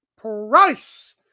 price